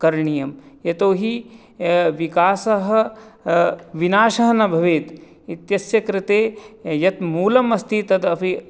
करणीयं यतो हि विकासः विनाशः न भवेत् इत्यस्य कृते यत् मूलम् अस्ति तद् अपि